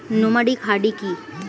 Nomadic herding কি?